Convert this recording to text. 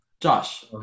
Josh